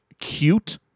cute